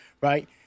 right